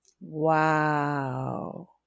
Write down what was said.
Wow